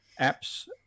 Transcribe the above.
apps